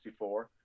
1964